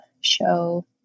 show